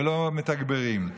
ולא מתגברים.